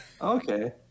okay